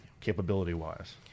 capability-wise